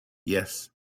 yes